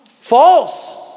False